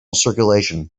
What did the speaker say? circulation